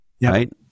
right